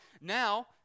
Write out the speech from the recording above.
Now